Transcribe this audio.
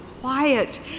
quiet